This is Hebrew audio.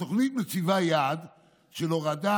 התוכנית מציבה יעד של הורדת